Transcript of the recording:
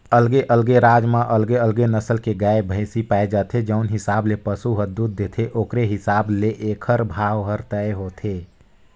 अलगे अलगे राज म अलगे अलगे नसल के गाय, भइसी पाए जाथे, जउन हिसाब ले पसु ह दूद देथे ओखरे हिसाब ले एखर भाव हर तय होथे